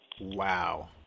Wow